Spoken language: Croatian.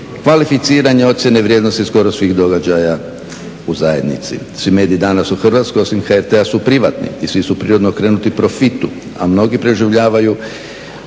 kvalificiranja ocjene vrijednosti skoro svih događaja u zajednici. Svi mediji danas u Hrvatskoj osim HRT-a su privatni i svi su prirodno okrenuti profitu, a mnogi preživljavaju,